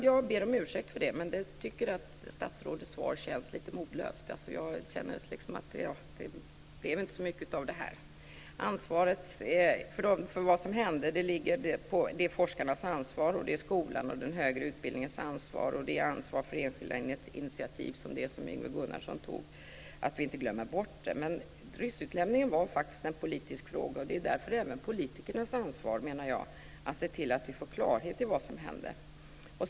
Jag ber om ursäkt, men jag tycker att statsrådets svar känns lite modlöst. Det blev inte så mycket av det här. Det är forskarnas ansvar, skolans och den högre utbildningens ansvar samt enskildas ansvar för att ta sådana initiativ som Yngve Gunnarsson tog att vi inte glömmer bort det som hände. Ryssutlämningen var en politisk fråga. Det är därför som det är även politikernas ansvar att se till att vi får klarhet i vad som hände.